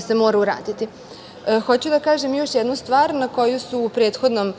se mora raditi. Hoću da kažem još jednu stvar na koju su u prethodnom